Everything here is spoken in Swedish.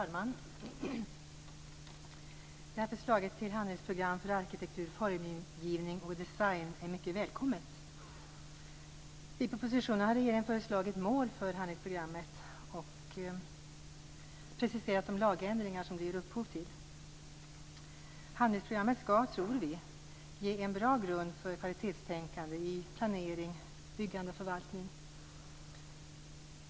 Fru talman! Förslaget till ett handlingsprogram för arkitektur, formgivning och design är mycket välkommet. I propositionen har regeringen föreslagit mål för handlingsprogrammet och preciserat de lagändringar som det ger upphov till. Handlingsprogrammet skall, tror vi, ge en bra grund för kvalitetstänkande i planering, byggande och förvaltning.